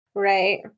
Right